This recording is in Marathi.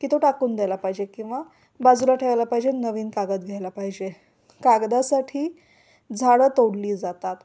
की तो टाकून द्यायला पाहिजे किंवा बाजूला ठेवायला पाहिजे नवीन कागद घ्यायला पाहिजे कागदासाठी झाडं तोडली जातात